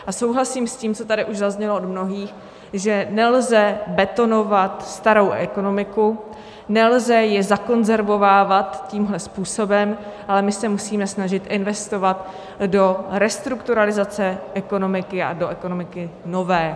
A souhlasím s tím, co tady už zaznělo od mnohých, že nelze betonovat starou ekonomiku, nelze ji zakonzervovávat tímhle způsobem, ale my se musíme snažit investovat do restrukturalizace ekonomiky a do ekonomiky nové.